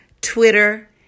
Twitter